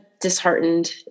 disheartened